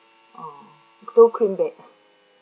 oh two queen bed ah